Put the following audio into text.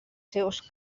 seus